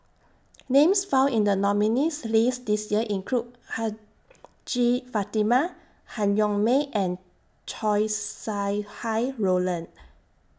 Names found in The nominees' list This Year include Hajjah Fatimah Han Yong May and Chow Sau Hai Roland